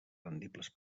rendibles